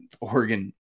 Oregon